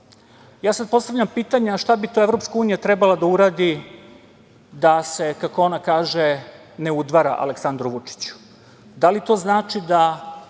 Ja sad postavljam pitanja - šta bi to EU trebala da uradi da se, kako ona kaže, ne udvara Aleksandru Vučiću? Da li to znači da,